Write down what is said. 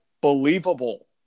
believable